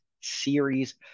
series